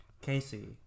Casey